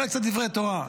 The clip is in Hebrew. אולי צריך דברי תורה.